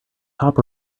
top